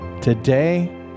Today